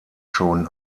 schon